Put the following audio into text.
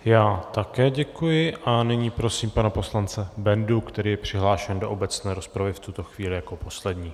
Já také děkuji a nyní prosím pana poslance Bendu, který je přihlášen do obecné rozpravy v tuto chvíli jako poslední.